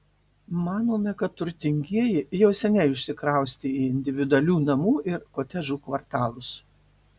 manome kad turtingieji jau seniai išsikraustė į individualių namų ir kotedžų kvartalus